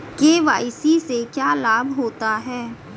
KYC से क्या लाभ होता है?